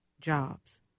jobs